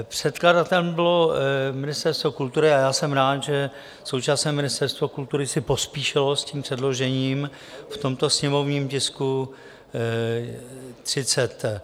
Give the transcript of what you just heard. Předkladatelem bylo Ministerstvo kultury a já jsem rád, že současné Ministerstvo kultury si pospíšilo s předložením v tomto sněmovním tisku 30.